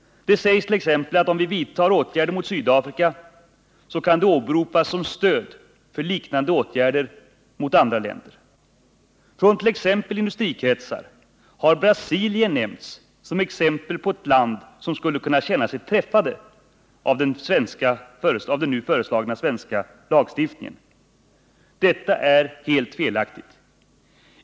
Det sägs t.ex. att om vi vidtar åtgärder mot Sydafrika, så kan det åberopas som stöd för liknande åtgärder mot andra länder. I t.ex. industrikretsar har Brasilien nämnts som exempel på länder som skulle kunna känna sig träffade av den nu föreslagna svenska lagstiftningen. Det är helt felaktigt.